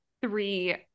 three